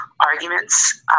arguments